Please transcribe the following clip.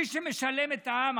מי שמשלם את המע"מ,